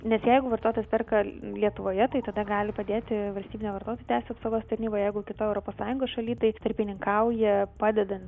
net jeigu vartotojas perka lietuvoje tai tada gali padėti valstybinė vartotojų teisių apsaugos tarnyba jeigu kitoj europos sąjungos šaly tai tarpininkauja padeda